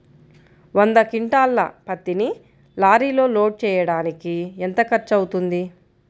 వంద క్వింటాళ్ల పత్తిని లారీలో లోడ్ చేయడానికి ఎంత ఖర్చవుతుంది?